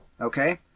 Okay